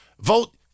vote